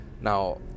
Now